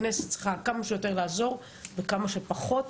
הכנסת צריכה כמה שיותר לעזור וכמה שפחות